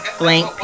blank